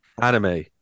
anime